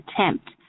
attempt